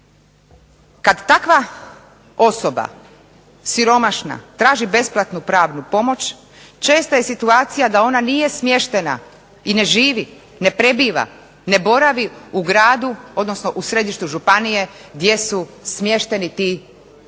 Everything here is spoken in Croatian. kad takva osoba siromašna traži besplatnu pravnu pomoć česta je situacija da ona nije smještena i ne živi, ne prebiva, ne boravi u gradu, odnosno u središtu županije gdje su smješteni ta